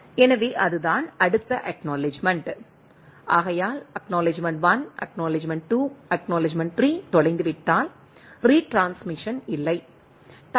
எனவே அதுதான் அடுத்த அக்நாலெட்ஜ்மெண்ட் ஆகையால் ACK 1 ACK 2 ACK 3 தொலைந்துவிட்டால் ரீட்ரான்ஸ்மிசன் இல்லை குறிப்பு நேரம் 2230